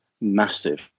massive